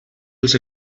els